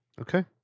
Okay